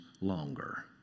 longer